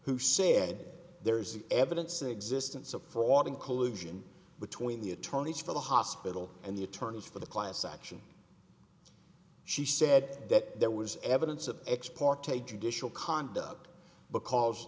who said there is evidence in existence of fraud in collusion between the attorneys for the hospital and the attorneys for the class action she said that there was evidence of ex parte judicial conduct because